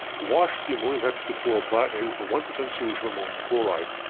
wash the ammonium hexachloroplatinate with a one percent solution of ammonium chloride.